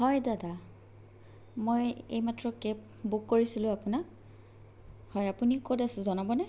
হয় দাদা মই এইমাত্ৰ কেব বুক কৰিছিলোঁ আপোনাক হয় আপুনি ক'ত আছে জনাবনে